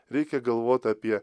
reikia galvot apie